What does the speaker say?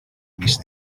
mis